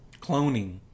Cloning